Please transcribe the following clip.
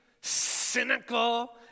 cynical